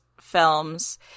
films